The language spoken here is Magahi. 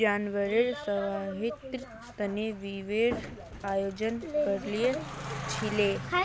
जानवरेर स्वास्थ्येर तने शिविरेर आयोजन करील छिले